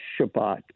Shabbat